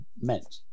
meant